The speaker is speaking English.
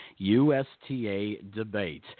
#USTAdebate